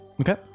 Okay